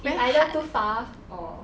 is either too far or